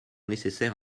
nécessaire